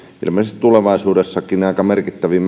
ilmeisesti tulevaisuudessakin autoja aika merkittäviä